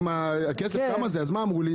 אז אמרו לי,